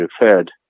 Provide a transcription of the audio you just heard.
referred